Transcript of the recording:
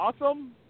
awesome